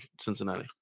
Cincinnati